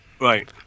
Right